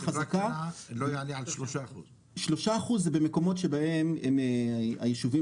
שלושה אחוז זה במקומות שבהם היישובים